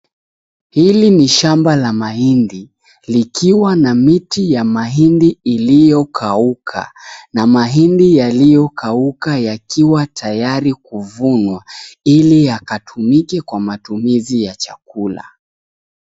Hili ni shamba la mahindi likiwa na miti ya mahindi iliyokauka na mahindi yaliyokauka yakiwa tayari kuvunwa ili yakatumike kwa matumizi ya chakula.